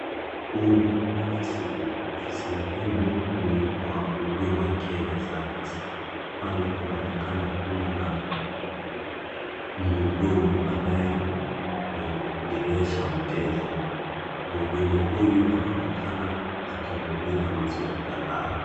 Humu ni ofisini . Ofisini humu ni mwa Huduma Kenya Service pale kunaonekana kuwa na mhudumu anayemwongelesha mteja . Mhudumu huyu anaoonekana akimuuliza maswali kadhaa.